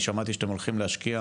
אני שמעתי שאתם הולכים להשקיע